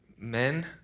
Men